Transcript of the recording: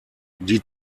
die